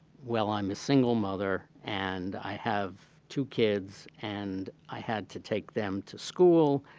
well, i'm a single mother and i have two kids, and i had to take them to school,